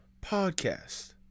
podcast